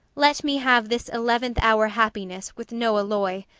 let me have this eleventh hour happiness, with no alloy.